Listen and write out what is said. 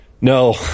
No